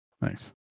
Nice